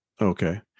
Okay